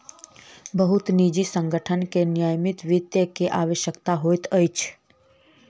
बहुत निजी संगठन के निगमित वित्त के आवश्यकता होइत अछि